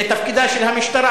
זה תפקידה של המשטרה,